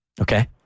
Okay